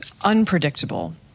unpredictable